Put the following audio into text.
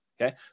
Okay